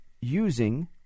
using